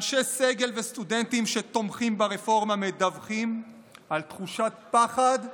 אנשי סגל וסטודנטים שתומכים ברפורמה מדווחים על תחושת פחד והשתקה,